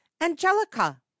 angelica